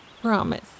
Promise